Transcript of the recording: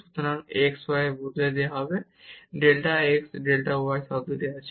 সুতরাং x y বদলে দেওয়া হবে ডেল্টা x ডেল্টা y টার্মটি আছে